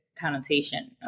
connotation